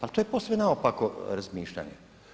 Ali to je posve naopako razmišljanje.